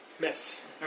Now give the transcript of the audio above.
Miss